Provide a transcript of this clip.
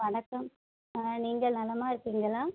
வணக்கம் நீங்கள் நலமாக இருக்கிறீங்களா